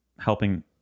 helping